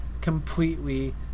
completely